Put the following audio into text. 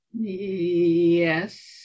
Yes